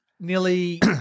nearly